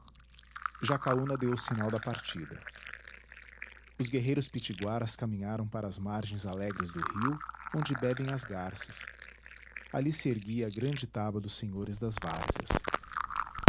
jacaúna deu o sinal da partida os guerreiros pitiguaras caminharam para as margens alegres do rio onde bebem as garças ali se erguia a grande taba dos senhores das várzeas